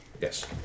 Yes